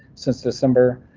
since december,